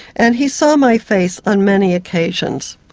and he saw my face on many occasions.